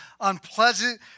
unpleasant